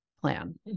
plan